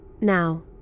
Now